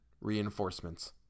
reinforcements